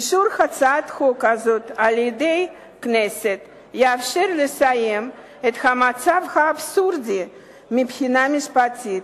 אישור הצעת חוק זו בכנסת יאפשר לסיים את המצב האבסורדי מבחינה משפטית,